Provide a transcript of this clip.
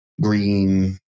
green